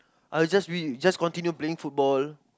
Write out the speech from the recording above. I just we just continue playing football